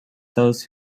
those